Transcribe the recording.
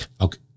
okay